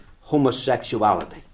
homosexuality